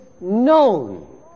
known